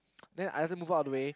then I also move up all the way